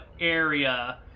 area